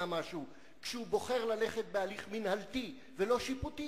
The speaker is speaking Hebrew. משהו כשהוא בוחר ללכת בהליך מינהלתי ולא שיפוטי,